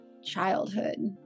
childhood